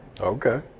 Okay